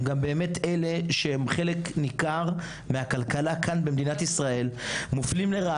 הם חלק ניכר מהכלכלה כאן במדינת ישראל ומופלים לרעה.